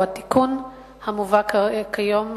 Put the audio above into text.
או התיקון המובא כיום,